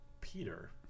peter